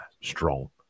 strong